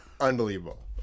Unbelievable